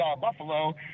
Buffalo